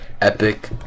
epic